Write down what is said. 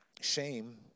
shame